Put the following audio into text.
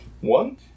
One